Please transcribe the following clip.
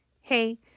Hey